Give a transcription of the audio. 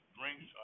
drinks